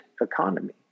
economy